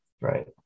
Right